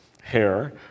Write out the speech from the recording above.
hair